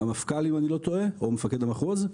מהמפכ"ל אם אני לא טועה או מפקד המחוז,